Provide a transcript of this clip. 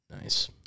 Nice